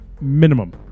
minimum